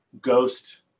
ghost